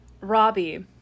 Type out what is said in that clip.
Robbie